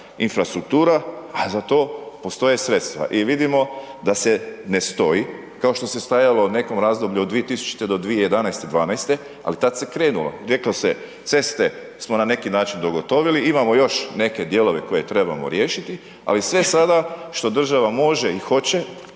infrastruktura, a za to postoje sredstva i vidimo da se ne stoji kao što se stajalo u nekom razdoblju od 2000. do 2011., '12., ali tad se krenulo, reklo se ceste smo na neki način dogotovili, imamo još neke dijelove koje trebamo riješiti, ali sve sada što država može i hoće,